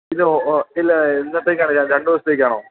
ഇല്ല ഒ ഒ ഇല്ല ഇന്നത്തേക്കാണോ രണ്ട് ദിവസത്തേക്കാണോ